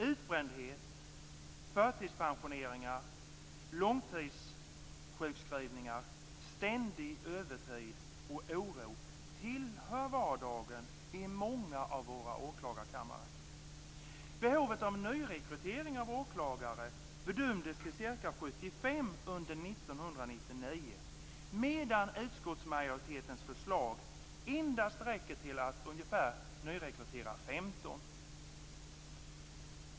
Utbrändhet, förtidspensioneringar, långtidssjukskrivningar, ständig övertid och oro tillhör vardagen i många av våra åklagarkammare. Behovet av nyrekrytering av åklagare bedömdes till ca 75 under 1999, medan utskottsmajoritetens förslag endast räcker till att nyrekrytera ungefär 15.